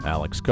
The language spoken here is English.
Alex